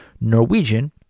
Norwegian